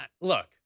look